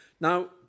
Now